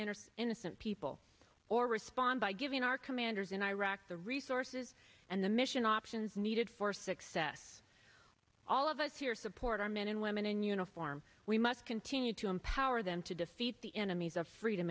innocent people or respond by giving our commanders in iraq the resources and the mission options needed for success all of us here support our men and women in uniform we must continue to empower them to defeat the enemies of freedom